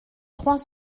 trois